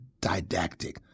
didactic